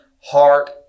heart